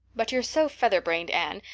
but you're so featherbrained, anne,